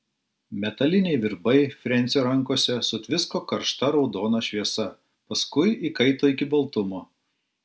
metaliniai virbai frensio rankose sutvisko karšta raudona šviesa paskui įkaito iki baltumo